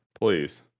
Please